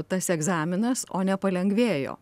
tas egzaminas o ne palengvėjo